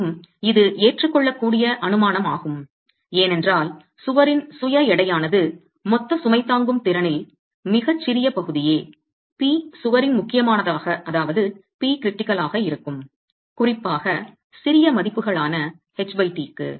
மேலும் இது ஏற்றுக்கொள்ளக்கூடிய அனுமானமாகும் ஏனென்றால் சுவரின் சுய எடையானது மொத்த சுமை தாங்கும் திறனில் மிகச் சிறிய பகுதியே P சுவரின் முக்கியமானதாக இருக்கும் குறிப்பாக சிறிய மதிப்புகளான ht க்கு